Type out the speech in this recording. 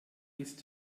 ist